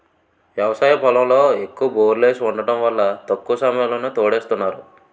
వ్యవసాయ పొలంలో ఎక్కువ బోర్లేసి వుండటం వల్ల తక్కువ సమయంలోనే తోడేస్తున్నారు